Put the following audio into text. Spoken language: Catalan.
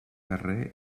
guerrer